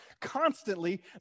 constantly